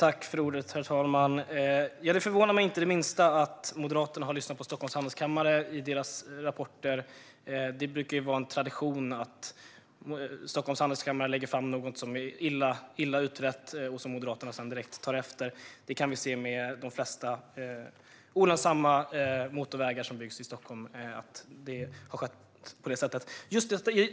Herr talman! Det förvånar mig inte det minsta att Moderaterna har lyssnat på Stockholms Handelskammare i dess rapporter. Det brukar vara tradition att Stockholms Handelskammare lägger fram något som är illa utrett och som Moderaterna sedan direkt tar efter. Det kan vi se i de flesta fall. Det gäller också motorvägarna som byggs i Stockholm; där har det skett på detta sätt.